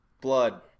Blood